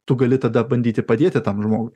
tu gali tada bandyti padėti tam žmogui